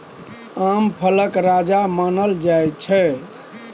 आम फलक राजा मानल जाइ छै